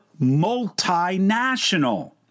multinational